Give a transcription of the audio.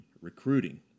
recruiting